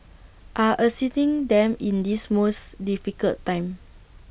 are assisting them in this most difficult time